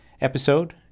episode